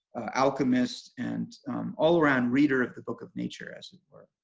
alchemist, and all-around reader of the book of nature as it were.